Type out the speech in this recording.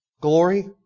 Glory